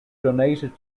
donated